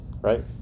Right